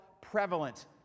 prevalent